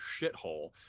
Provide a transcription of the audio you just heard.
shithole